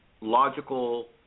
Logical